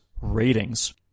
ratings